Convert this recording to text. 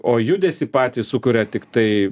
o judesį patį sukuria tiktai